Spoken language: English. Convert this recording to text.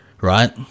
right